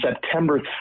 September